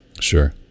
Sure